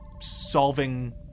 solving